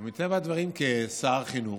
ומטבע הדברים, כשר החינוך,